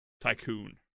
tycoon